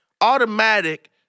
automatic